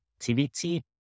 activity